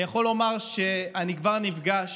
אני יכול לומר שאני כבר נפגש